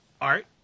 art